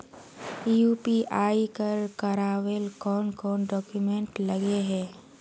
UPI कर करावेल कौन कौन डॉक्यूमेंट लगे है?